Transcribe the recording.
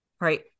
right